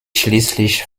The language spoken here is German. schließlich